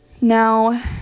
now